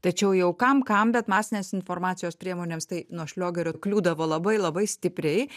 tačiau jau kam kam bet masinės informacijos priemonėms tai nuo šliogerio kliūdavo labai labai stipriai